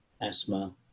asthma